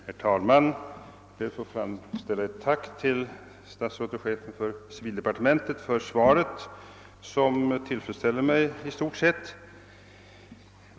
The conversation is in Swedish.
Herr talman! Jag ber att få framföra ett tack till chefen för civildepartementet för svaret, som tillfredsställer mig i stort sett.